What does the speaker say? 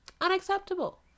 unacceptable